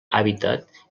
hàbitat